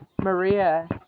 Maria